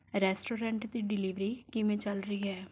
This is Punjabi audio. ਰੈਸਟੋਰੈਂਟ ਦੀ ਡਿਲੀਵਰੀ ਕਿਵੇਂ ਚੱਲ ਰਹੀ ਹੈ